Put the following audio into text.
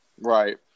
Right